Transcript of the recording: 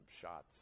shots